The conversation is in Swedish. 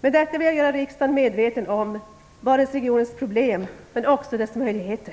Med detta vill jag göra riksdagen medveten om Barentsregionens problem men också dess möjligheter.